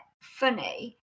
funny